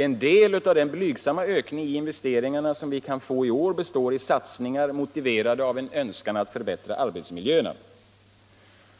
En del av den blygsamma ökning i investeringarna som vi kan få i år består i satsningar motiverade av en önskan att förbättra arbetsmiljöerna.